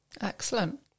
Excellent